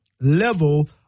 level